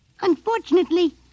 Unfortunately